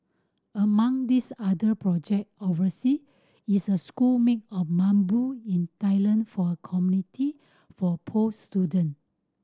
among this other projects oversea is a school made of bamboo in Thailand for a community for poor student